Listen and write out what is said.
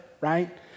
right